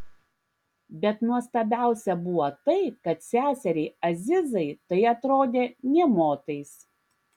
bet nuostabiausia buvo tai kad seseriai azizai tai atrodė nė motais